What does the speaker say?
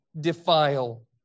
defile